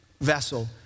vessel